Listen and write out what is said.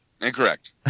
Incorrect